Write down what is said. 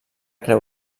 creu